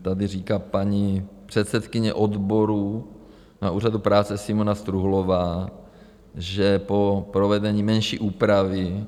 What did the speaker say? Tady říká paní předsedkyně odborů na Úřadu práce Simona Struhová, že po provedení menší úpravy...